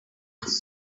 was